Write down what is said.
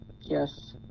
yes